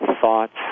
thoughts